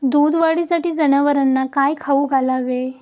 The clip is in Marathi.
दूध वाढीसाठी जनावरांना काय खाऊ घालावे?